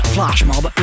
Flashmob